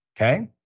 okay